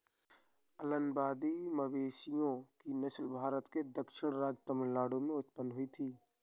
अलंबादी मवेशियों की नस्ल भारत के दक्षिणी राज्य तमिलनाडु में उत्पन्न हुई थी